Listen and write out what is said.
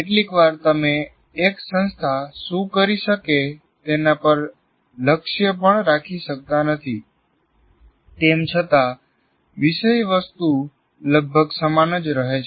કેટલીકવાર તમે એક સંસ્થા શું કરી શકે તેના પર લક્ષ્ય પણ રાખી શકતા નથી તેમ છતાં વિષયવસ્તુ લગભગ સમાન જ રહે છે